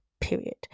Period